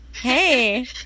Hey